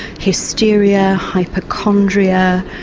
hysteria, hypochondria,